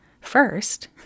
first